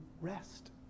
rest